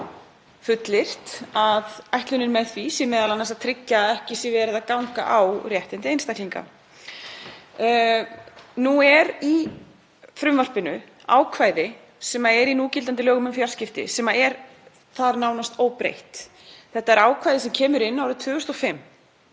er fullyrt að ætlunin með því sé m.a. að tryggja að ekki sé verið að ganga á réttindi einstaklinga. Nú er í frumvarpinu ákvæði sem er í núgildandi lögum um fjarskipti og er nánast óbreytt. Þetta er ákvæði sem kemur inn árið 2005